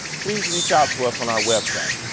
please reach out to us on our website,